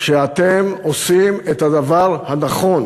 שאתם עושים את הדבר הנכון,